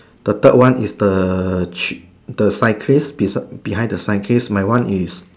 the third one is the cyclist beside behind the cyclist my one is